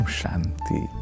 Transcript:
Shanti